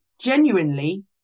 genuinely